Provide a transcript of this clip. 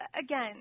again